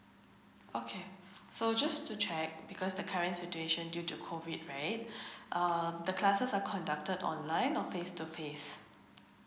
okay so just to check because the current situation due to COVID right um the classes are conducted online or face to face